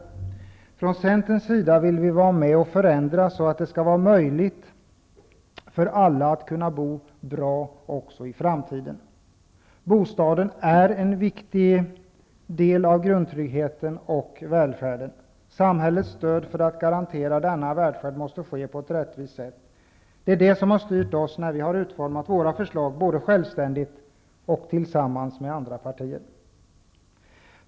Vi vill från Centerns sida vara med och förändra så att det skall vara möjligt för alla att kunna bo bra också i framtiden. Bostaden är en viktig del av grundtryggheten och välfärden. Samhällets stöd för att garantera denna välfärd måste ges på ett rättvist sätt. Det är det som har styrt oss när vi har utformat våra förslag både självständigt och tillsammans med andra partier.